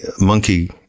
monkey